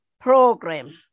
program